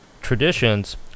traditions